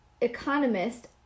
economist